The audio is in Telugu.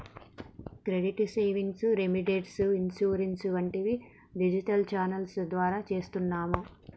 క్రెడిట్ సేవింగ్స్, రేమిటేన్స్, ఇన్సూరెన్స్ వంటివి డిజిటల్ ఛానల్ ద్వారా చేస్తున్నాము